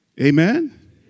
Amen